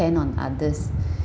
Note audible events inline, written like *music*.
on others *breath*